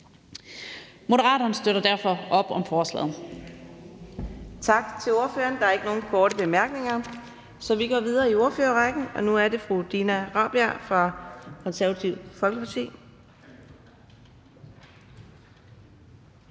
Moderaterne støtter derfor op om forslaget.